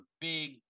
big